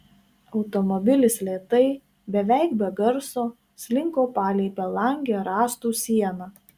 automobilis lėtai beveik be garso slinko palei belangę rąstų sieną